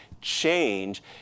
change